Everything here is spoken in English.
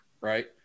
right